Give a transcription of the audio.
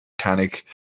mechanic